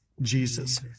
Jesus